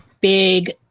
big